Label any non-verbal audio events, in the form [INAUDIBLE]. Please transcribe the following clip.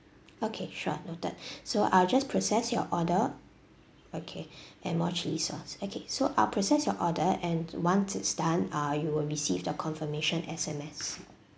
okay sure noted [BREATH] so I'll just process your order okay and more chilli sauce okay so I'll process your order and once it's done uh you will received a confirmation S_M_S